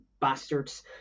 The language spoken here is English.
bastards